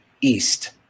east